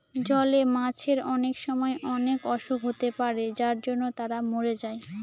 জলে মাছের অনেক সময় অনেক অসুখ হতে পারে যার জন্য তারা মরে যায়